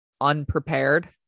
unprepared